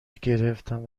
گرفنم